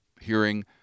hearing